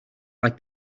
like